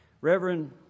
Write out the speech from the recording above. Reverend